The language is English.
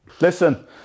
Listen